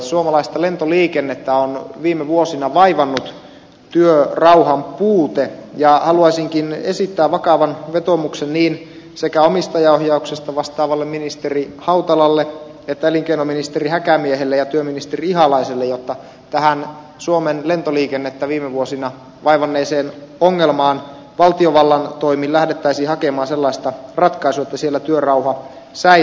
suomalaista lentoliikennettä on viime vuosina vaivannut työrauhan puute ja haluaisinkin esittää vakavan vetoomuksen sekä omistajaohjauksesta vastaavalle ministeri hautalalle että elinkeinoministeri häkämiehelle ja työministeri ihalaiselle että tähän suomen lentoliikennettä viime vuosina vaivanneeseen ongelmaan valtiovallan toimin lähdettäisiin hakemaan sellaista ratkaisua että siellä työrauha säilyisi